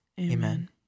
Amen